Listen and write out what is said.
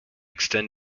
extend